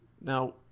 now